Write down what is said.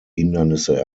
hindernisse